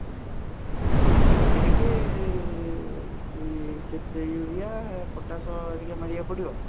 ହୁଁ ଟିକିଏ ଟିକିଏ କେତେ ୟୁରିଆ ପଟାସ୍ ଟିକିଏ ମାରିବାକୁ ପଡ଼ିବ